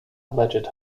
alleged